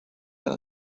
than